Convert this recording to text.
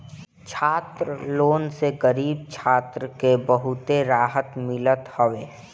छात्र लोन से गरीब छात्र के बहुते रहत मिलत हवे